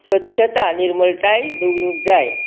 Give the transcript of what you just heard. स्वच्छता निर्मळटाय दवरूंक जाय